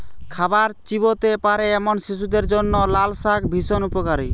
খাবার চিবোতে পারে এমন শিশুদের জন্য লালশাক ভীষণ উপকারী